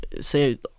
say